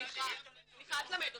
סליחה, אל תלמד אותי,